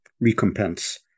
recompense